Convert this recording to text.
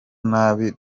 nabi